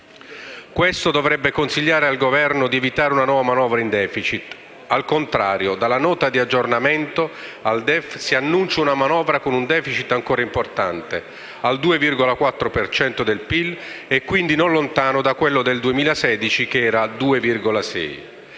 Questo dovrebbe consigliare al Governo di evitare una nuova manovra in *deficit*. Al contrario, dalla Nota di aggiornamento al DEF, si annuncia una manovra con un *deficit* ancora importante, al 2,4 per cento del Pil e quindi non lontano da quello del 2016, che era al